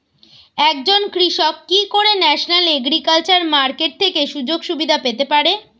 একজন কৃষক কি করে ন্যাশনাল এগ্রিকালচার মার্কেট থেকে সুযোগ সুবিধা পেতে পারে?